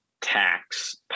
tax